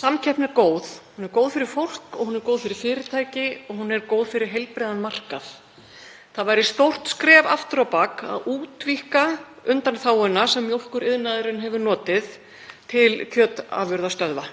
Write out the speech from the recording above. Samkeppni er góð. Hún er góð fyrir fólk og hún er góð fyrir fyrirtæki og hún er góð fyrir heilbrigðan markað. Það væri stórt skref aftur á bak að útvíkka undanþáguna sem mjólkuriðnaðurinn hefur notið til kjötafurðastöðva.